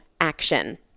action